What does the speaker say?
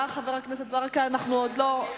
יש לי